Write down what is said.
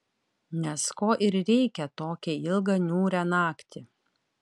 nes ko ir reikia tokią ilgą niūrią naktį